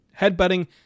headbutting